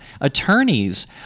attorneys